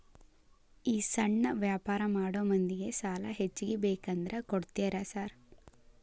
ಈ ಸಣ್ಣ ವ್ಯಾಪಾರ ಮಾಡೋ ಮಂದಿಗೆ ಸಾಲ ಹೆಚ್ಚಿಗಿ ಬೇಕಂದ್ರ ಕೊಡ್ತೇರಾ ಸಾರ್?